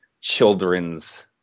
children's